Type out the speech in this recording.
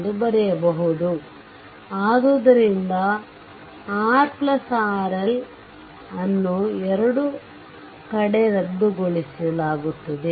ಎಂದು ಬರೆಯಬಹುದು ಆದ್ದರಿಂದ RRL RRL ಅನ್ನು ಎರಡೂ ಕಡೆ ರದ್ದುಗೊಳಿಸಲಾಗುತ್ತದೆ